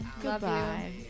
Goodbye